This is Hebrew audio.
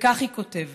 וכך היא כותבת: